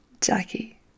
Jackie